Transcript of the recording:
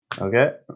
Okay